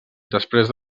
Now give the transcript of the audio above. després